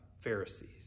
Pharisees